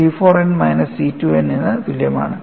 C 4n minus C 2n ന് തുല്യമാണ്